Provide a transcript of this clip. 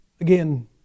Again